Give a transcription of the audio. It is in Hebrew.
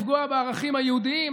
לפגוע בערכים היהודיים,